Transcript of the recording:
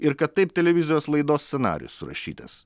ir kad taip televizijos laidos scenarijus surašytas